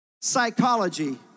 Psychology